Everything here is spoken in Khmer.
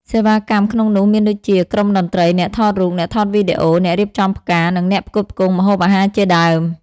សេវាកម្មក្នុងនោះមានដូចជា ក្រុមតន្ត្រី អ្នកថតរូប អ្នកថតវីដេអូ អ្នករៀបចំផ្កា និងអ្នកផ្គត់ផ្គង់ម្ហូបអាហារជាដើម។